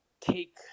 take –